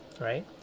right